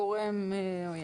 גורם עוין.